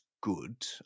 good